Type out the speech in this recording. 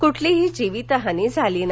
कुठलीही जीवितहानी झाली नाही